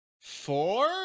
four